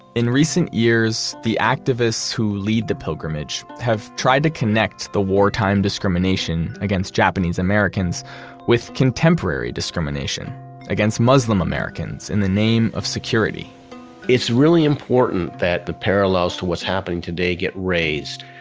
in recent years, the activists who lead the pilgrimage have tried to connect the wartime discrimination against japanese americans with contemporary discrimination against muslim americans in the name of security it's really important that the parallels to what's happening today get raised,